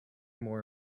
more